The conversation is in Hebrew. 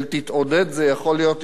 זה יכול להיות יותר גרוע',